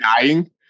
dying